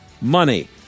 Money